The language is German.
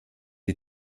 die